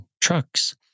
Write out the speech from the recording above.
trucks